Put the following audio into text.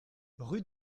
rue